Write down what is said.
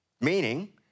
Meaning